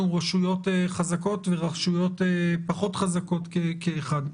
רשויות חזקות ורשויות פחות חזקות כאחד.